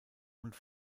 und